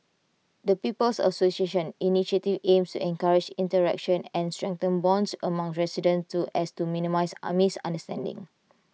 the people's association initiative aims encourage interaction and strengthen bonds among residents to as to minimise A misunderstandings